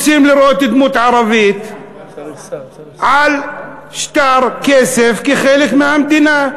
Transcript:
רוצים לראות דמות ערבית על שטר כסף כחלק מהמדינה,